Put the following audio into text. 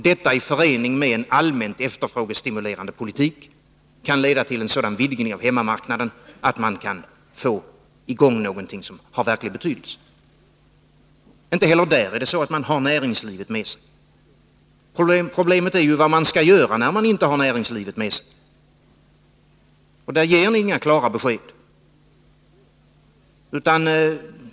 Detta i förening med en allmän efterfrågestimulerande politik kan leda till en sådan vidgning av hemmamarknaden att man kan få i gång någonting av verklig betydelse. Inte heller i Malmöhus län har man näringslivet med sig. Problemet är ju vad man skall göra när man inte har näringslivet med sig. Här ger ni inga klara besked.